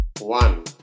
One